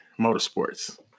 motorsports